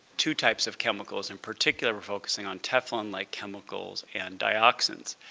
two types of chemicals in particular. we're focusing on teflon-like chemicals and dioxins,